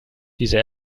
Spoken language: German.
diese